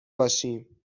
باشیم